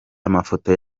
amafoto